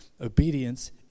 obedience